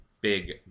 Big